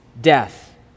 death